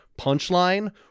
punchline